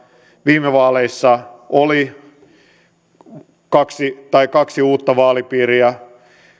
viime vaaleissa oli kaksi uutta vaalipiiriä